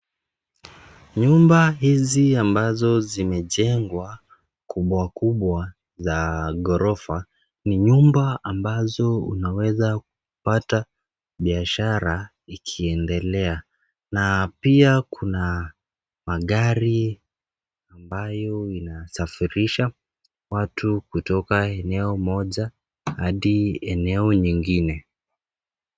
Nyumba hizi ambazo zimejengwa kubwa kubwa za ghorofa ni nyumba ambazo unaweza kupata biashara ikiendelea. Na pia kuna magari ambayo inasafirisha watu kutoka eneo moja hadi eneo nyingine.